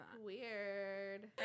Weird